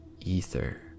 ether